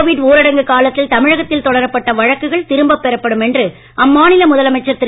Covid ஊரடங்கு காலத்தில் தமிழகத்தில் தொடரப்பட்ட வழக்குகள் என்று பெறப்படும் திரும்பப் அம்மாநில முதலமைச்சர் திரு